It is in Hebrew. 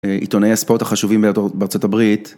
עיתונאי הספורט החשובים בארה״ב.